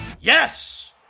Yes